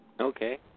Okay